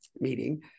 meeting